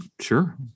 Sure